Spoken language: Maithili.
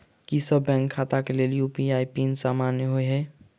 की सभ बैंक खाता केँ लेल यु.पी.आई पिन समान होइ है?